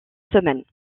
semaines